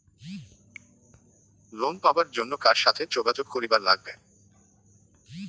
Loan পাবার জন্যে কার সাথে যোগাযোগ করিবার লাগবে?